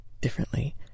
differently